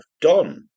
done